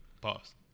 Pause